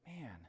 man